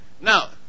Now